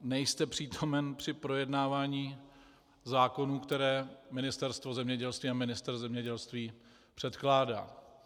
Nejste přítomen při projednávání zákonů, které Ministerstvo zemědělství a ministr zemědělství předkládá.